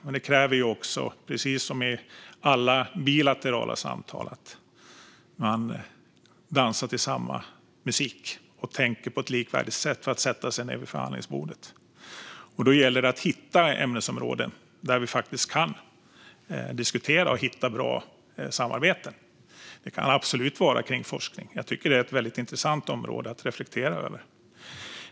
Men det krävs också, precis som i alla bilaterala samtal, att parterna dansar till samma musik och tänker på ett liknande sätt för att de ska sätta sig ned vid förhandlingsbordet. Då gäller det att hitta ämnesområden där vi faktiskt kan diskutera och hitta ett bra samarbete. Det kan absolut vara kring forskning; jag tycker att det är ett väldigt intressant område att reflektera över.